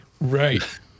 Right